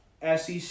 SEC